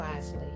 wisely